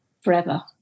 forever